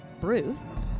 Bruce